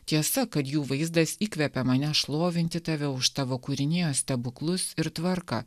tiesa kad jų vaizdas įkvepia mane šlovinti tave už tavo kūrinijos stebuklus ir tvarką